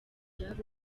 byari